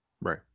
Right